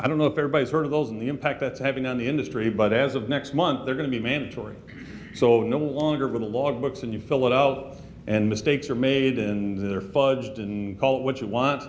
i don't know if everybody's heard of those and the impact that's having on the industry but as of next month they're going to be mandatory so no longer going to log books and you fill it out and mistakes are made in their fudged and call it what you want